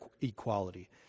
equality